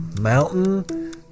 Mountain